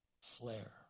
flare